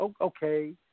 Okay